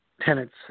tenants